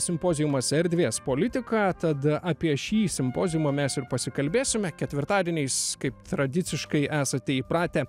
simpoziumas erdvės politika tad apie šį simpoziumą mes ir pasikalbėsime ketvirtadieniais kaip tradiciškai esate įpratę